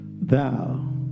thou